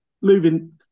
moving